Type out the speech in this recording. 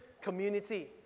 community